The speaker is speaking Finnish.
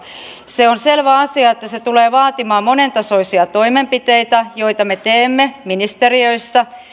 se on selvä asia että se tulee vaatimaan monentasoisia toimenpiteitä joita me teemme ministeriöissä